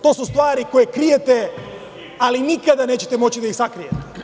To su stvari koje krijete, ali nikada nećete moći da ih sakrijete.